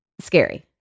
scary